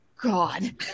God